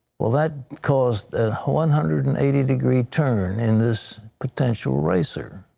well that caused one hundred and eighty degree turn in this potential racer.